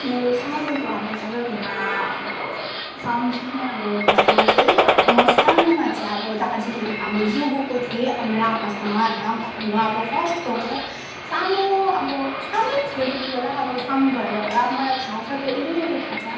मेरो सानोको अब सबैभन्दा अब सम्झिने अब घटना चाहिँ म सानोमा चाहिँ अब दार्जीलिङ अब जु गएको थिएँ आमा र आप्पासँग होइन घुम्नु अब फर्स्ट गएको सानो अब सानै थिएँ त्यतिबेला अब सानो भएर होला मलाई थाहा छ त्यो अलिअलि थाहा छ